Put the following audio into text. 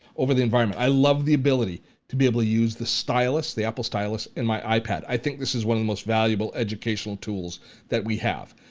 over the environment. i love the ability to be able to use the stylus, the apple stylus, in my ipad. i think this is one of the most valuable educational tools that we have.